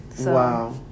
wow